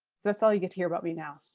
so that's all you get to hear about me now.